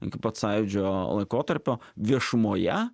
iki pat sąjūdžio laikotarpio viešumoje